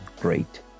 great